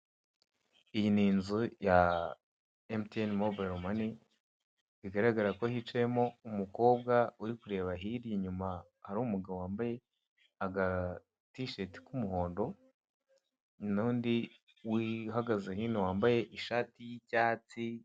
Iyi ni inzu ya emutiyene mobayiromani, bigaragara ko hicayemo umukobwa uri kureba hirya inyuma hari umugabo wambaye agatisheti k'umuhondo, n'undi wi uhagaze hino wambaye ishati y'icyatsi.